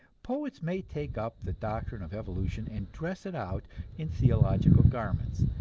poets may take up the doctrine of evolution and dress it out in theological garments,